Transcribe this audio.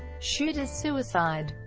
shooter's suicide